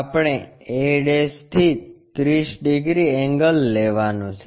આપણે a થી 30 degree angle લેવાનું છે